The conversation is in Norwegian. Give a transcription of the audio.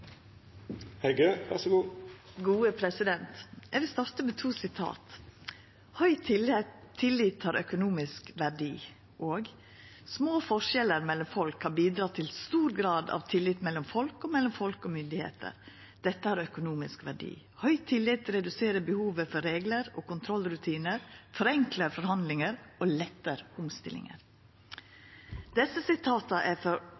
vil starta med to sitat: «Høy tillit har økonomisk verdi.» og «Små forskjeller mellom folk kan bidra til stor grad av tillit – mellom folk og mellom folk og myndigheter. Dette har økonomisk verdi. Høy tillit reduserer behovet for regler og kontrollrutiner, forenkler forhandlinger og letter omstillinger.» Desse sitata er